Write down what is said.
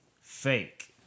fake